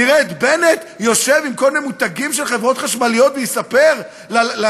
נראה את בנט יושב עם כל מיני מותגים של חברות חשמל ומספר למתנחלים,